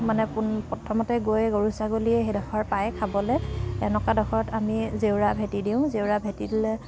মানে পোন প্ৰথমতে গৈ গৰু ছাগলীয়ে সেইডখৰ পায় খাবলৈ এনেকুৱা ডখৰত আমি জেউৰা ভেটি দিওঁ জেউৰা ভেটি দিলে